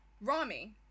rami